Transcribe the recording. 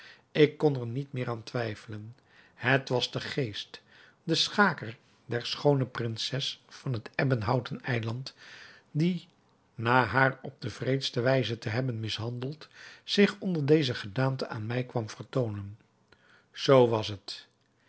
ik kon er niet meer aan twijfelen het was de geest de schaker der schoone prinses van het ebbenhouten eiland die na haar op de wreedste wijze te hebben mishandeld zich onder deze gedaante aan mij kwam vertoonen zoo was het